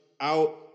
out